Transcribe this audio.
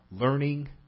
learning